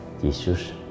Jesus